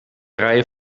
rijden